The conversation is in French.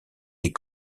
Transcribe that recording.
des